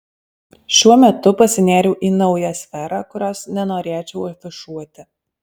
šiuo metu pasinėriau į naują sferą kurios nenorėčiau afišuoti